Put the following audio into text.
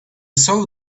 saw